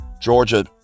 Georgia